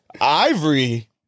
Ivory